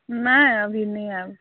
नहि अभी नहि आयब